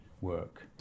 work